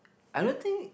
I don't think